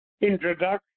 introduction